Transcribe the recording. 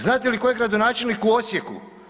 Znate li tko je gradonačelnik u Osijeku?